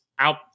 out